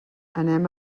anem